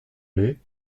lait